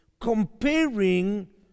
comparing